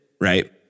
right